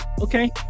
okay